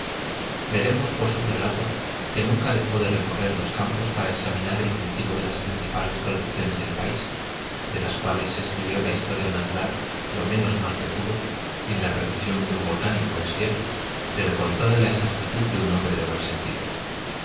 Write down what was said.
veremos por su relato que nunca dejó de recorrer los campos para examinar el cultivo de las principales producciones del país de las cuales escribió la historia natural lo menos mal que pudo sin la precisión de un botánico es cierto pero con toda la exactitud de un hombre de buen sentido